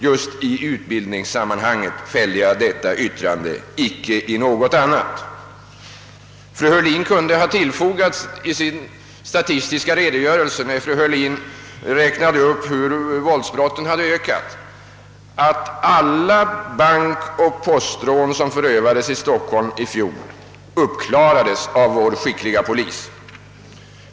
Det yttrandet fällde jag alltså i utbildningssammanhanget, inte i något annat sammanhang. När fru Heurlin sedan räknade upp hur våldsbrotten hade ökat, kunde hon i sin statistiska redogörelse ha tillfogat att alla bankoch postrån som förövades i Stockholm i fjol klarades upp av vår skickliga polis.